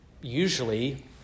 usually